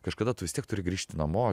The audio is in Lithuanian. kažkada tu vis tiek turi grįžti namo